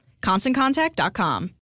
ConstantContact.com